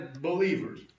believers